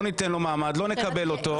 לא ניתן לו מעמד ולא נקבל אותו.